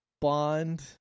bond